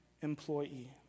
employee